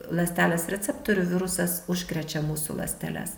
ląstelės receptorių virusas užkrečia mūsų ląsteles